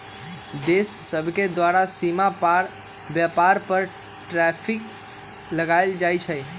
देश सभके द्वारा सीमा पार व्यापार पर टैरिफ लगायल जाइ छइ